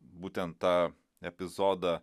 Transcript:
būtent tą epizodą